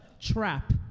Trap